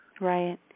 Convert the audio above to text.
Right